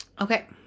Okay